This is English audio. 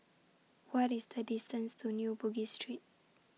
What IS The distance to New Bugis Street